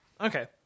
Okay